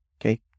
Okay